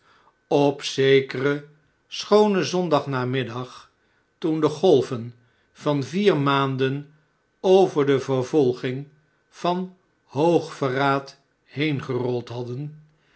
op zekeren schoonen zondagnamiddag toen de golven van vier maanden over de vervolging van hoogverraad heengerold hadden